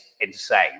insane